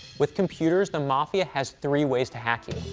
with computers, the mafia has three ways to hack you.